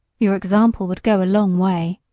your example would go a long way.